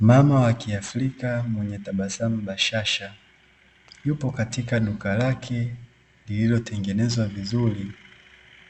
Mama wa kiafrika mwenye tabasamu bashasha yupo katika duka lake, lililo tengenezwa vizuri